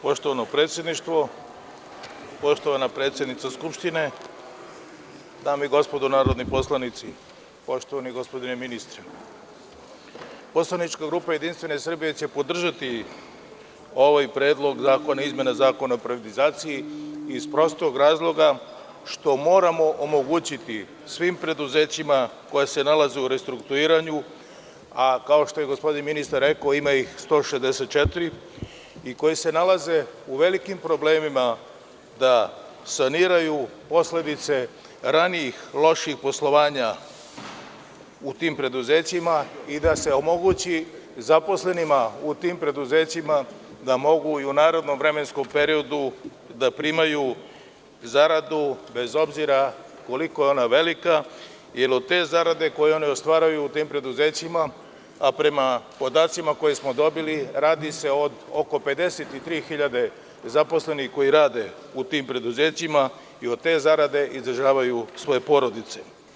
Poštovano predsedništvo, poštovana predsednice Skupštine, dame i gospodo narodni poslanici, poštovani gospodine ministre, poslanička grupa JS će podržati ovaj Predlog zakona o izmeni Zakona o privatizaciji iz prostog razloga što moramo omogućiti svim preduzećima koji se nalaze u restrukturiranju, a kao što je gospodin ministar rekao ima ih 164 i koji se nalaze u velikim problemima da saniraju posledice ranijih lošijih poslovanja u tim preduzećima i da se omogući zaposlenima u tim preduzećima da mogu i u narednom vremenskom periodu da primaju zaradu bez obzira koliko je ona velika, jer od te zarade koju oni ostvaruju u tim preduzećima, a prema podacima koje smo dobili radi se od oko 53.000 zaposlenih koji rade u tim preduzećima i od te zarade izdržavaju svoje porodice.